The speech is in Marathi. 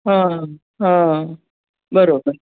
हं हं बरोबर